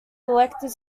elected